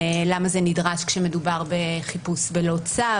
למה זה נדרש כשמדובר בחיפוש בלא צו?